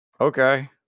okay